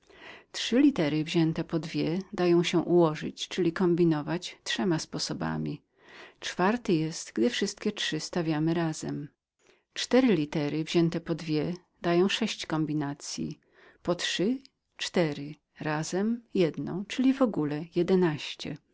trzy litery wzięte podwójnie mogą dać się ułożyć czyli kombinować trzema sposobami czwarty jest gdy wszystkie trzy stawiamy razem cztery litery wzięte po dwie dają sześć kombinacyi po trzy cztery razem jedną czyli w ogóle jedenaście